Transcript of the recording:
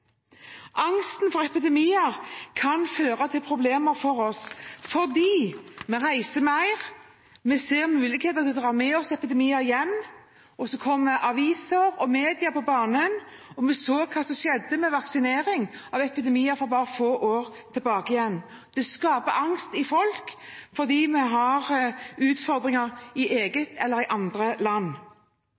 Angsten for epidemier kan føre til problemer for oss, fordi vi reiser mer, og det er fare for at man tar med seg epidemier hjem. Så kommer aviser og andre medier på banen, og vi så hva som skjedde med vaksinering mot epidemier for bare få år siden. Det skaper angst hos folk, fordi vi har utfordringer i eget eller i andre land.